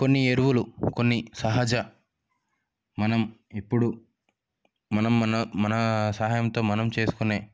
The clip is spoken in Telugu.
కొన్ని ఎరువులు కొన్ని సహజ మనం ఇప్పుడు మనం మన మన సహాయంతో మనం చేసుకునే